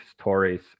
stories